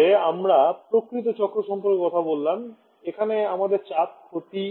তারপরে আমরা প্রকৃত চক্র সম্পর্কে কথা বললাম এখানে আমাদের চাপ ক্ষতি